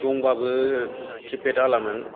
दंबाबो किपेदआलामोन